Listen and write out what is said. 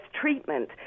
treatment